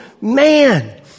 man